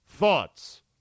Thoughts